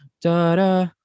da-da